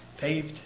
paved